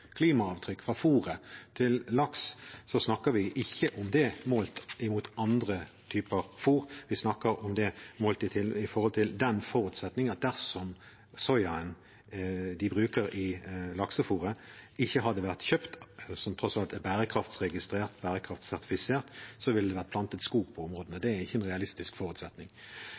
klimaavtrykk fra fôret til laks, snakker vi ikke om det målt mot andre typer fôr. Vi snakker om det målt i forhold til den forutsetning at dersom soyaen de bruker i laksefôret ikke hadde vært kjøpt – som tross alt er bærekraftregistrert, bærekraftsertifisert – ville det vært plantet skog på områdene. Det er ingen realistisk forutsetning.